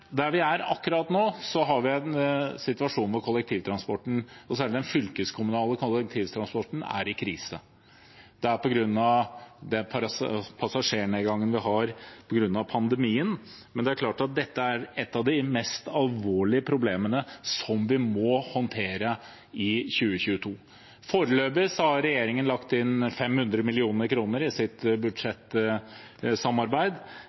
der vi er akkurat nå, har vi en situasjon hvor kollektivtransporten, og særlig den fylkeskommunale kollektivtransporten, er i krise. Det skyldes den passasjernedgangen vi har på grunn av pandemien, men det er klart at dette er et av de mest alvorlige problemene vi må håndtere i 2022. Foreløpig har regjeringen lagt inn 500 mill. kr i sitt